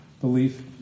Belief